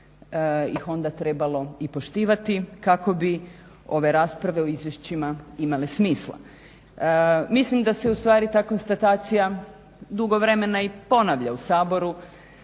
ih onda trebalo i poštivati kako bi ove rasprave o izvješćima imale smisla. Mislim da se ustvari ta konstatacija dugo vremena i ponavlja u Saboru